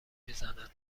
میزنن